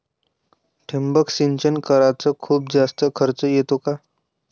ठिबक सिंचन कराच खूप जास्त खर्च येतो का?